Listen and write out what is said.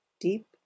deep